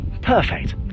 Perfect